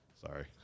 Sorry